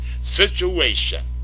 situation